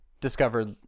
discovered